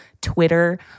Twitter